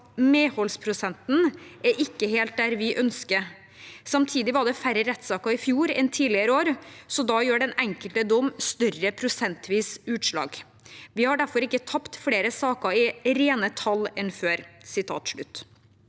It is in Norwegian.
«Medhaldsprosenten er ikkje helt der vi ønskjer. Samtidig var det færre rettssaker i fjor enn tidlegare år, så da gjer den einskilde dom større prosentvis utslag. Vi har difor ikkje tapt fleire saker i rene tall enn før.»